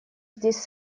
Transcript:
здесь